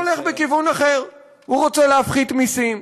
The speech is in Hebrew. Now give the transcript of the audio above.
הוא הולך בכיוון אחר, הוא רוצה להפחית מסים.